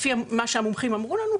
לפי מה שהמומחים אמרו לנו,